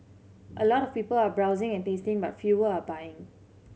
a lot of people are browsing and tasting but fewer are buying